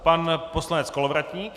Pan poslanec Kolovratník.